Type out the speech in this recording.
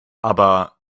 aber